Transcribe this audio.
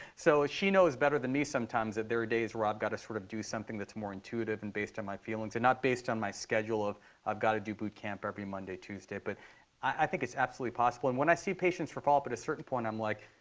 so she knows better than me sometimes that there are days where i've got to sort of do something that's more intuitive and based on my feelings and not based on my schedule of i've got to do boot camp every monday, tuesday. but i think it's absolutely possible. and when i see patients at a but certain point, i'm like,